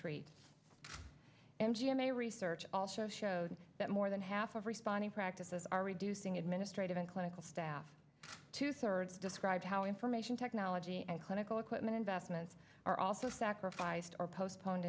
treats m g m a research also shows that more than half of responding practices are reducing administrative and clinical staff two thirds described how information technology and clinical equipment investments are also sacrificed or postponed